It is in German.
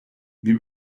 wir